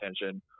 attention